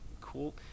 cool